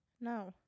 No